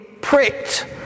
pricked